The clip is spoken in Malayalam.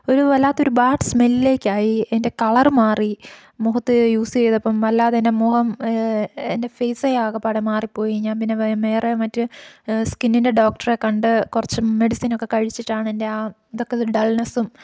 ഒരു വല്ലാത്തൊരു ബാഡ് സ്മെല്ലിലേക്കായി അതിൻ്റെ കളർ മാറി മുഖത്തു യൂസ് ചെയ്തപ്പം വല്ലാതെ എൻ്റെ മുഖം എൻ്റെ ഫെയ്സെ ആകെപ്പാടെ മാറിപ്പോയി ഞാൻ പിന്നെ വെ മേറെ മറ്റ് സ്കിന്നിൻ്റെ ഡോക്ടറെ കണ്ട് കുറച്ചു മെഡിസിനൊക്കെ കഴിച്ചിട്ടാണ് എൻ്റെ ആ ഇതൊക്കെ ഡൾനെസ്സും